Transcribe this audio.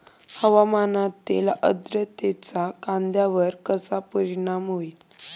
हवामानातील आर्द्रतेचा कांद्यावर कसा परिणाम होईल?